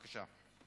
בבקשה.